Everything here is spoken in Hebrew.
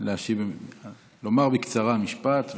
שהצטרפו באפריל ובמאי ביחס לתחילת המשבר.